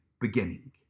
beginning